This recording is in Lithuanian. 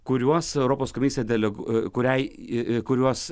kuriuos europos komisija deleg kuriai kuriuos